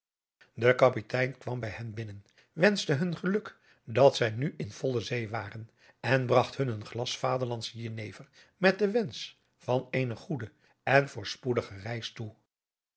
de kapitein kwam bij hen binnen wenschte hun geluk dat zij nu in volle zee waren en bragt hun een glas vaderlandschen jenever met den wensch van eene goede en voorspoedige reis toe